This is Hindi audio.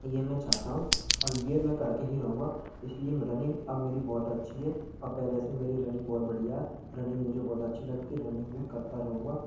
यह मैं चाहता हूँ और यह मैं करके ही रहूंगा इसलिए मैं रनिंग अब मेरी बहुत अच्छी है अब पहले से मेरी रनिंग बहुत बढ़िया है रनिंग मुझे बहुत अच्छी लगती है रनिंग मैं करता रहूंगा